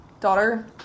daughter